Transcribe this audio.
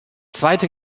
zweite